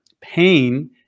pain